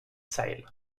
zeil